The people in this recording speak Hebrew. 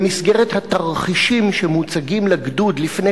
במסגרת התרחישים שמוצגים לגדוד לפני